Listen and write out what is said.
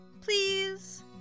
Please